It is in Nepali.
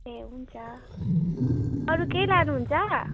ए हुन्छ अरू केही लानुहुन्छ